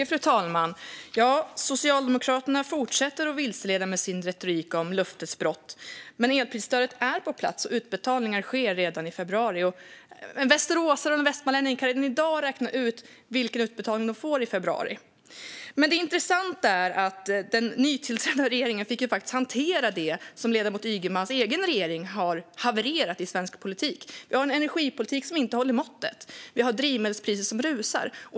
Fru talman! Socialdemokraterna fortsätter att vilseleda med sin retorik om löftesbrott. Men elprisstödet är på plats, och utbetalningar sker redan i februari. Västeråsare och andra västmanlänningar kan redan i dag räkna ut vilken utbetalning de får i februari. Det som är intressant är att den nytillträdda regeringen fick hantera ledamoten Ygemans egen regerings havererade politik. Sverige har en energipolitik som inte håller måttet och drivmedelspriser som rusar.